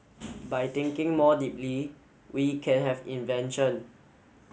by thinking more deeply we can have invention